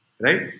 Right